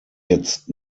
jetzt